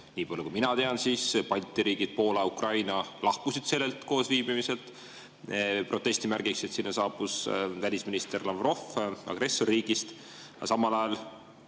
nii palju kui mina tean, Balti riigid, Poola ja Ukraina lahkusid sellelt koosviibimiselt protesti märgiks, sest sinna saabus välisminister Lavrov agressorriigist, aga samal